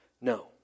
No